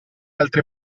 altre